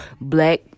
Black